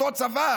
אותו צבא